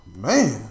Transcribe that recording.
man